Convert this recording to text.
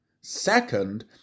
Second